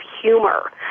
humor